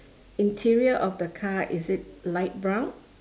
interior of the car is it light brown